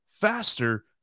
faster